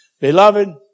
Beloved